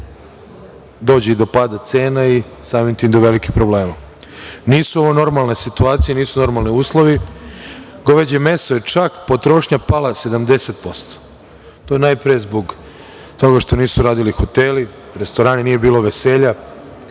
dođe i do pada cena i samim tim do velikih problema. Nisu ovo normalne situacije, nisu normalni uslovi. Goveđem mesu je čak potrošnja pala 70%. To je najpre zbog toga što nisu radili hoteli, restorani, nije bilo veselja